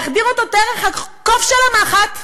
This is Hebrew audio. להחדיר אותו דרך הקוף של המחט,